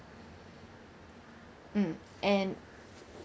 mm and